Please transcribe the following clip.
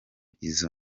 izo